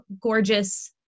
gorgeous